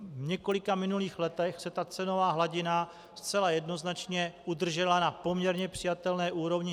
V několika minulých letech se cenová hladina zcela jednoznačně udržela na poměrně přijatelné úrovni.